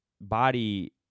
body